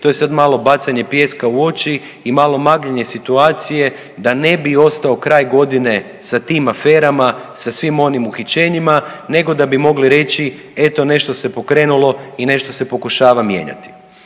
to je sad malo bacanje pijeska u oči i malo magljenje situacije da ne bi ostao kraj godine sa tim aferama, sa svim onim uhićenjima, nego da bi mogli reći eto nešto se pokrenulo i nešto se pokušava mijenjati.